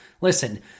Listen